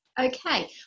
Okay